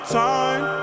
time